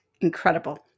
Incredible